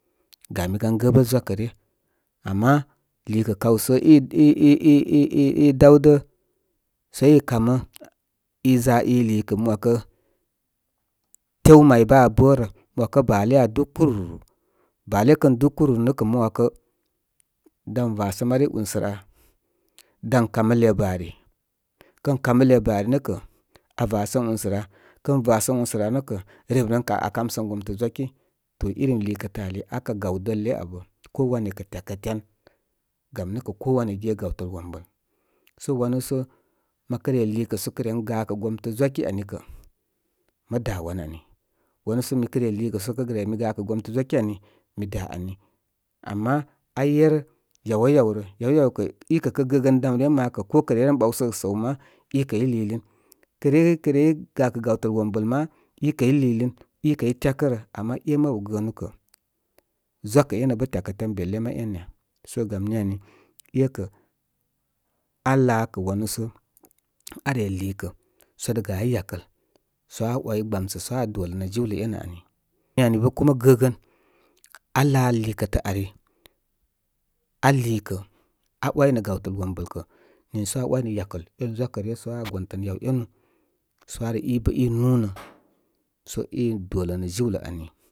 Gami gan gəbəl zwakə ryə. Ama lúkə kaw sə i i, i, i, i, i, i, daw də sə i, kamə i za i lii kə mə ‘wakə tew may bə aa bərə mə ‘wakə bal le aa dú kpur bəle kən dú kpur nə kə dan vasə mari unsə rə aa. dan kamə le bari kən kamə le bari nə kə ava səm únsə rə aa. Kən vasəm únsərə aa nə kə rem kam, aa kamsəm gomtə zwaki to irim lúkə ari akə gaw dəle abə ko waya kə tyakə tyan. Gam nə kə ko wanya ge gawtəl wəmbəl. So wanu so mə kə re lúkə sə kə ren gakə gomtə zwaki ani kə mə dá wan ani. wanu sə mi kə re liikə sə kə re mi gakə gomtə zwaki ani mi dá ani. Ama aa ger gawni yaw wa yaw rə. Yaw wayaw kə ikə kə gəəgən dam ryə ma kə ko kə rewren ɓawsəgə səw má ikə i liilin. Kə rey kə rey gakə gawtəl wombəl ma ikə i ikəi tyakərə. Ama é mabu gəənu kə zwakə énə bə tyakə tyan bele ma én ya. So gam ni ani, ékə alaa kə wanu sə are liikə sə dá gavé yakəl aa way gbasə so aa dolənə jiwlə enə ani. Niŋni bə kum gəgən. Alaa liikə tə ari aa liikə aa ‘way gawtəl wombəl kə niisə aa waynə yakəl én zwakə ryə so aa gontənə yaw enu sə ibə inunə sə i dolə nə jiwlə ani.